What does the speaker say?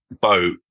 boat